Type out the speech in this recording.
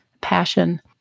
passion